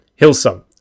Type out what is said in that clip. Hillsong